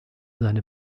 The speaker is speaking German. seine